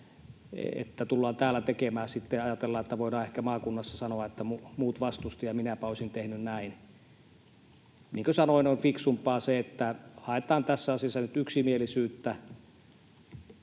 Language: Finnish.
että tullaan täällä tekemään ja ajatellaan, että voidaan ehkä maakunnassa sanoa, että ”muut vastustivat ja minäpä olisin tehnyt näin”. Niin kuin sanoin, on fiksumpaa se, että haetaan tässä asiassa nyt yksimielisyyttä.